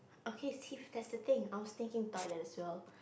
okay Steve that's the thing I was taking toilet as well